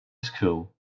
school